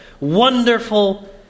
Wonderful